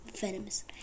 venomous